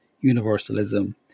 universalism